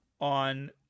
on